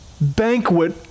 banquet